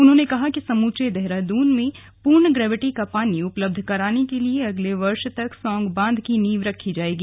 उन्होंने कहा कि समूचे देहरादून में पूर्ण ग्रेविटि का पानी उपलब्ध कराने के लिए अगले वर्ष तक सौंग बांध की नीव रखी जायेगी